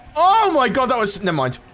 oh my god, that wasn't him i'd